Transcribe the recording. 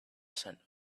scent